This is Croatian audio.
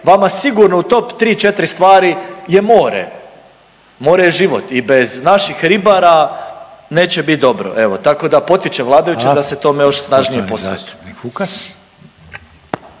vama sigurno u top 3, 4 stvari je more. More je život i bez naših ribara neće biti dobro. Evo, tako da potičem vladajuće .../Upadica: Hvala/... da se tome još snažnije posvete.